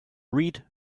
read